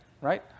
right